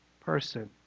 person